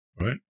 right